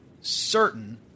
certain